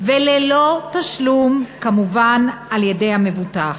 וללא תשלום על-ידי המבוטח.